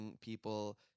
people